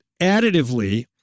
additively